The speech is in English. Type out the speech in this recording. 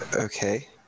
Okay